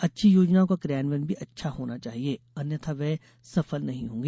अच्छी योजनाओं का क्रियान्वयन भी अच्छा होना चाहिये अन्यथा वे सफल नहीं होगी